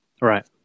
Right